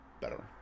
better